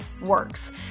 works